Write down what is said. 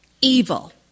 Evil